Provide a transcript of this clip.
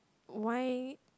why